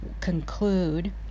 conclude